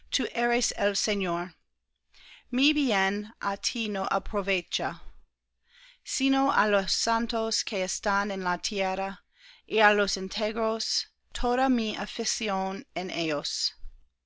señor mi bien á ti no aprovecha sino á los santos que están en la tierra y á los íntegros toda mi afición en ellos